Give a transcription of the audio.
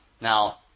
Now